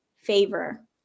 Favor